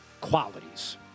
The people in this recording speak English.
qualities